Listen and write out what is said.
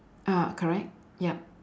ah correct yup